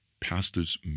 pastors